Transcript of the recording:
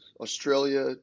Australia